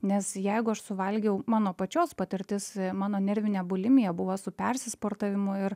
nes jeigu aš suvalgiau mano pačios patirtis mano nervinė bulimija buvo su persisportavimu ir